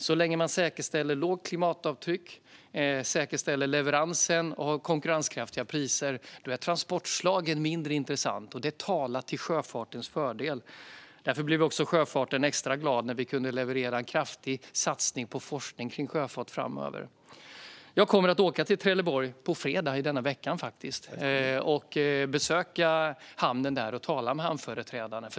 Så länge man säkerställer lågt klimatavtryck, säkerställer leveransen och har konkurrenskraftiga priser är transportslaget mindre intressant, vilket talar till sjöfartens fördel. Därför blev man inom sjöfarten också extra glada när vi kunde leverera en kraftig satsning på forskning kring sjöfart framöver. Jag kommer att åka till Trelleborg nu på fredag och besöka hamnen där och tala med hamnföreträdarna.